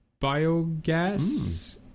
biogas